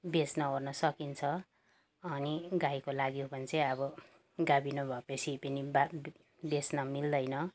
बेच्न ओर्न सकिन्छ अनि गाईको लागि हो भने चाहिँ अब गाबिनो भए पछि पनि बा ब बेच्न मिल्दैन